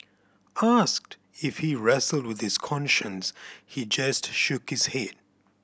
asked if he wrestled with his conscience he just shook his head